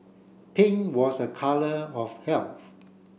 pink was a colour of health